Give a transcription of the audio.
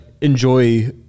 enjoy